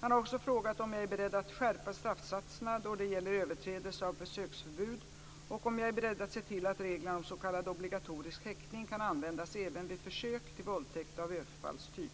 Han har också frågat om jag är beredd att skärpa straffsatserna då det gäller överträdelse av besöksförbud och om jag är beredd att se till att reglerna om s.k. obligatorisk häktning kan användas även vid försök till våldtäkt av överfallstyp.